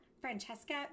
Francesca